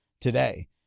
today